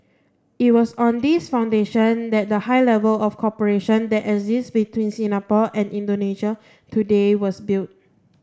it was on this foundation that the high level of cooperation that exists between Singapore and Indonesia today was built